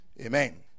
Amen